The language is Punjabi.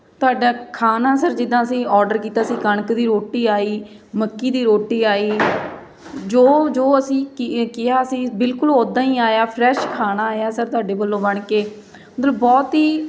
ਤੁਹਾਡਾ ਖਾਣਾ ਸਰ ਜਿੱਦਾਂ ਅਸੀਂ ਔਡਰ ਕੀਤਾ ਸੀ ਕਣਕ ਦੀ ਰੋਟੀ ਆਈ ਮੱਕੀ ਦੀ ਰੋਟੀ ਆਈ ਜੋ ਜੋ ਅਸੀਂ ਕ ਕਿਹਾ ਸੀ ਬਿਲਕੁਲ ਉੱਦਾਂ ਹੀ ਆਇਆ ਫਰੈਸ਼ ਖਾਣਾ ਆਇਆ ਸਰ ਤੁਹਾਡੇ ਵੱਲੋਂ ਬਣ ਕੇ ਮਤਲਬ ਬਹੁਤ ਹੀ